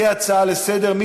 כהצעות לסדר-היום.